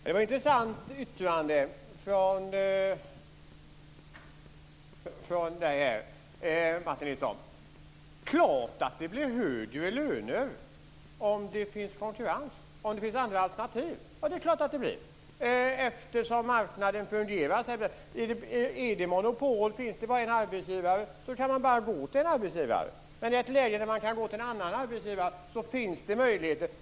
Herr talman! Det var ett intressant yttrande från Martin Nilsson. Det är klart att det blir högre löner om det finns konkurrens och flera alternativ. Det är klart att det blir så, eftersom marknaden fungerar. Är det monopol - finns det bara en arbetsgivare - kan man bara gå till en arbetsgivare. Men i ett läge när man kan gå till flera arbetsgivare finns det möjligheter.